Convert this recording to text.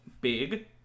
big